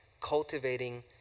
cultivating